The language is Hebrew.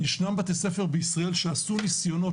ישנם בתי ספר בישראל שעשו נסיונות,